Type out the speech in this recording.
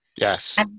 Yes